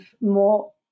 more